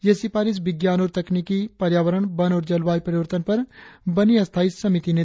ये शिफारिश विज्ञान और तकनिकी पर्यावरण वन और जलवायु परिवर्तन पर बनी स्थायी समिति ने दिया है